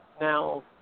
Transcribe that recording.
Now